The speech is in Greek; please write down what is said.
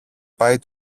πάει